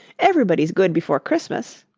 everybody's good before christmas.